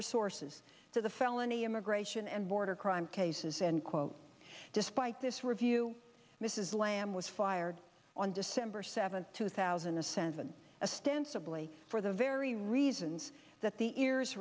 resources to the felony immigration and border crime cases and quote despite this review mrs lamb was fired on december seventh two thousand a sense and a stance of glee for the very reasons that the ears